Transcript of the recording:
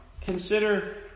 consider